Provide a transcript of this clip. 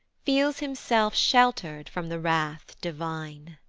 feels himself shelter'd from the wrath divine!